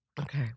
Okay